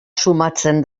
sumatzen